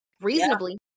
reasonably